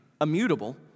immutable